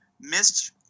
missed